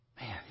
Man